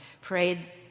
prayed